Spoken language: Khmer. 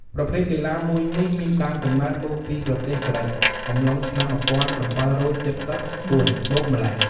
ប្រភេទកីឡាមួយនេះ មានដើមកំណើតមកពីប្រទេសក្រិក អំឡុងឆ្នាំ១៧៧៤ មកម្ល៉េះ។